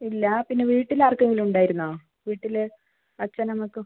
ഇല്ല പിന്നെ വീട്ടിൽ ആർക്കെങ്കിലും ഉണ്ടായിരുന്നോ വീട്ടിൽ അച്ഛൻ അമ്മയ്ക്കോ